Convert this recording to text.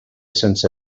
sense